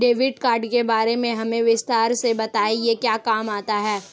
Debit card के बारे में हमें विस्तार से बताएं यह क्या काम आता है?